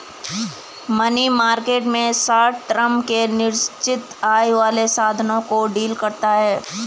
money market में short term के निश्चित आय वाले साधनों को डील करता है